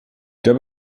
der